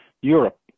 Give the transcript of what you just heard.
Europe